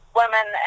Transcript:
women